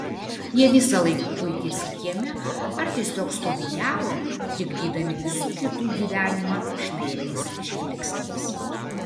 jie visąlaik kuitėsi kieme ar tiesiog stoviniavo trikdydami visų kitų gyvenimą šnairais žvilgsniais